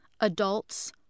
adults